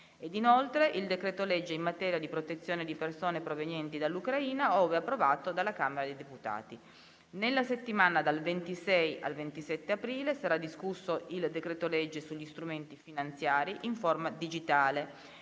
inoltre il decreto-legge in materia di protezione di persone provenienti dall'Ucraina, ove approvato dalla Camera dei deputati. Nella settimana dal 26 al 27 aprile sarà discusso il decreto-legge sugli strumenti finanziari in forma digitale.